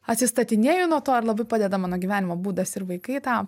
atsistatinėju nuo to ir labai padeda mano gyvenimo būdas ir vaikai tą